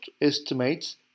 estimates